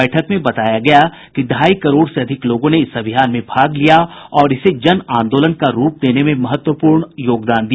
बैठक में बताया गया कि ढ़ाई करोड़ से अधिक लोगों ने इस अभियान में भाग लिया और इसे जन आंदोलन का रूप देने में महत्वपूर्ण योगदान दिया